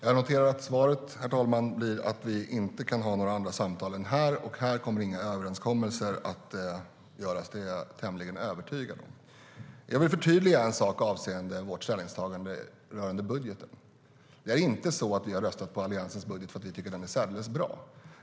Herr talman! Jag noterar att svaret blir att vi inte kan ha några andra samtal än dem som förs här. Och här kommer inga överenskommelser att göras - det är jag tämligen övertygad om. Jag vill förtydliga en sak avseende vårt ställningstagande rörande budgeten. Det är inte så att vi har röstat på Alliansens budget för att vi tycker att den är särdeles bra.